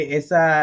esa